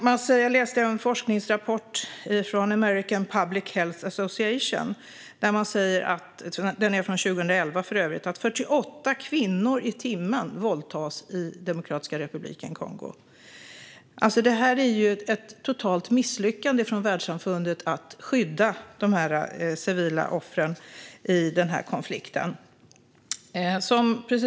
Jag läste en forskningsrapport från 2011 från American Public Health Association där man säger att 48 kvinnor i timmen våldtas i Demokratiska republiken Kongo. Världssamfundet har misslyckats totalt med att skydda de civila offren i denna konflikt.